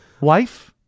wife